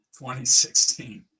2016